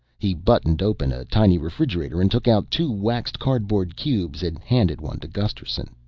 he buttoned open a tiny refrigerator and took out two waxed cardboard cubes and handed one to gusterson.